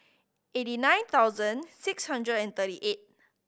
eighty nine thousand six hundred and thirty eight